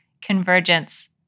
convergence